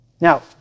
Now